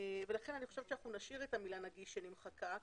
לכן אני חושבת שנשאיר את המילה "נגיש" שנמחקה,